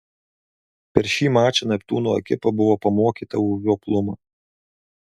per šį mačą neptūno ekipa buvo pamokyta už žioplumą